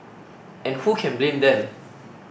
and who can blame them